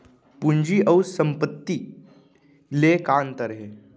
पूंजी अऊ संपत्ति ले का अंतर हे?